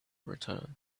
return